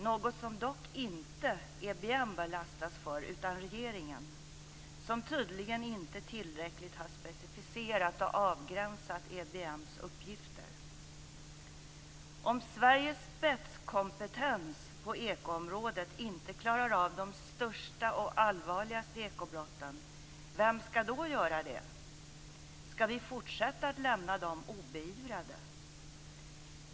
Något som dock inte EBM bör lastas för, utan regeringen som tydligen inte tillräckligt har specificerat och avgränsat EBM:s uppgifter. Om Sveriges spetskompetens på ekoområdet inte klarar av de största och allvarligaste ekobrotten, vem ska då göra det? Ska vi fortsätta att lämna dem obeivrade?